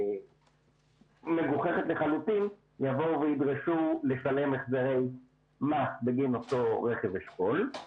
מגוחכת לחלוטין לשלם החזרי מס בגין אותו רכב אשכול.